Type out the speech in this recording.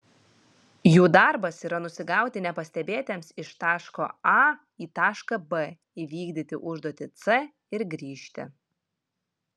jų darbas yra nusigauti nepastebėtiems iš taško a į tašką b įvykdyti užduotį c ir grįžti